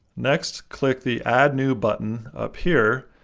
next click the, add new button up here,